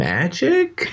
Magic